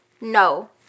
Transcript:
no